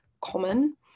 common